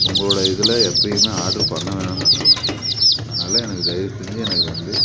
உங்களோடய இதில் எப்போயுமே ஆட்ரு பண்ண வேணாம்னு சொல்வேன் அதனால் எனக்கு தயவுசெஞ்சு எனக்கு வந்து